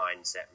mindset